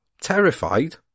Terrified